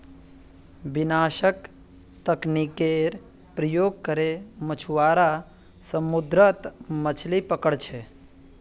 विनाशक तकनीकेर प्रयोग करे मछुआरा समुद्रत मछलि पकड़ छे